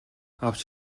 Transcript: авч